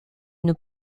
une